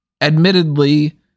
Admittedly